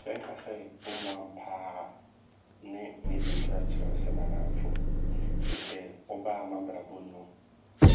Sɛ nka sɛ wommoaam paa. Ne meedi ntorɔ kyerɛ wo sɛ m'adamfo. Firi sɛ wobaa m'abrabɔ mu no